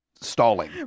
stalling